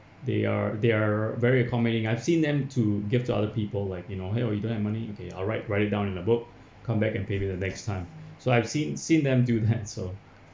they are they're very accommodating I've seen them to give to other people like you know !hey! oh you don't have money okay I'll write write it down in a book come back and pay me the next time so I've seen seen them do that so